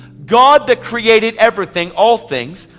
god that created everything, all things.